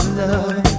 love